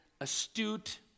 astute